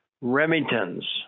Remington's